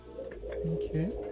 Okay